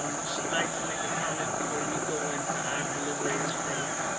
um would she liked to make a comment before we go into our deliberating stage.